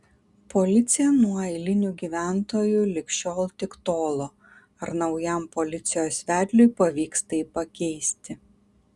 policija nuo eilinių gyventojų lig šiol tik tolo ar naujam policijos vedliui pavyks tai pakeisti